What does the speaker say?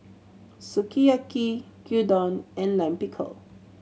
Sukiyaki Gyudon and Lime Pickle